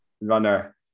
runner